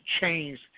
change